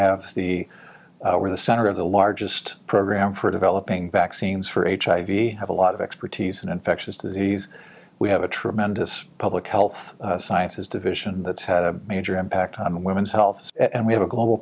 have the where the center of the largest program for developing vaccines for hiv have a lot of expertise and infectious disease we have a tremendous public health sciences division that's had a major impact on women's health and we have a global